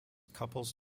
couples